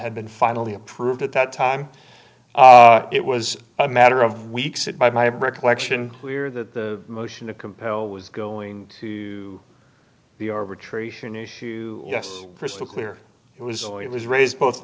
had been finally approved at that time it was a matter of weeks it by my recollection where the motion to compel was going to the arbitration issue yes crystal clear it was only it was raised both